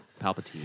Palpatine